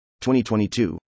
2022